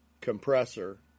compressor